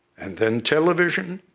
and then television,